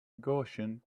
gaussian